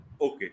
Okay